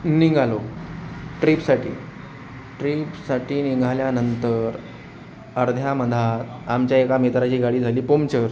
निघालो ट्रीपसाठी ट्रीपसाठी निघाल्यानंतर अर्ध्या मधात आमच्या एका मित्राची गाडी झाली पमचर